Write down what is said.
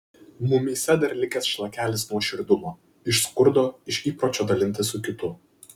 mumyse dar likęs šlakelis nuoširdumo iš skurdo iš įpročio dalintis su kitu